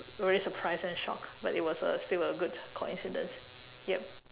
very surprised and shocked but it was a still a good coincidence yup